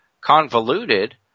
convoluted